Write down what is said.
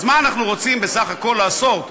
אז מה אנחנו רוצים בסך הכול לעשות?